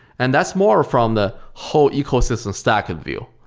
and that's more from the whole ecosystem stack and view,